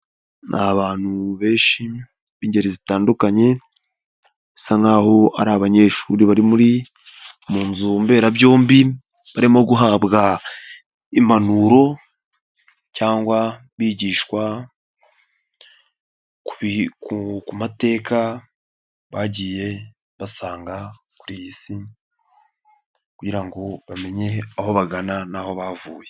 Ni abantu benshi b'ingeri zitandukanye bisa nkaho ari abanyeshuri bari mu nzu mberabyombi barimo guhabwa impanuro cyangwa bigishwa ku mateka bagiye basanga kuri iyi si, kugira ngo bamenye aho bagana n'aho bavuye.